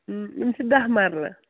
یِم چھِ دَہ مَرلہٕ